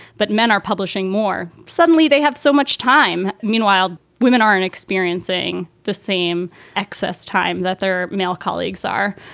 but men are publishing more. suddenly they have so much time. meanwhile, women aren't experiencing the same access time that their male colleagues are.